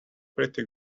pretty